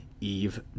eve